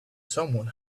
someone